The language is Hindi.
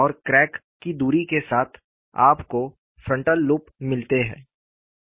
और क्रैक की धुरी के साथ आपको फ्रंटल लूप मिलते हैं